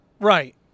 right